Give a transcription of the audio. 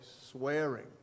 swearing